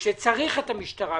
וכשצריך את המשטרה,